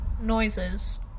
noises